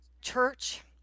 church